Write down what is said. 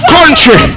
Country